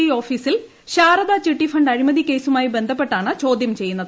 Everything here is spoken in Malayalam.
ഐ ഓഫീസിൽ ശാരദ ചിട്ടിഫണ്ട് അഴിമതി കേസുമായി ബന്ധപ്പെട്ടാണ് ചോദ്യം ചെയ്യുന്നത്